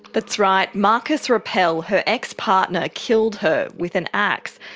that's right, marcus rappel, her ex-partner, killed her with an axe,